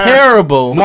Terrible